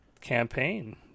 campaign